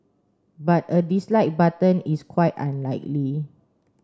but a dislike button is quite unlikely